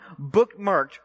bookmarked